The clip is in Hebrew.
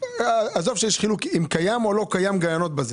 עזוב אם קיימות או לא קיימות גננות בזה.